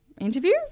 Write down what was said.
interview